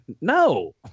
no